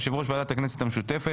יושב ראש ועדת הכנסת המשותפת.